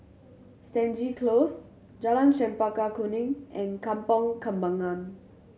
Stangee Close Jalan Chempaka Kuning and Kampong Kembangan